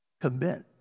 Commit